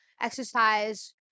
exercise